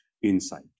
Inside